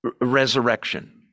resurrection